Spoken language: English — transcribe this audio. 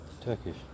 Turkish